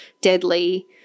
deadly